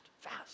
fast